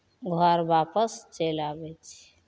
घर वापस चलि आबै छी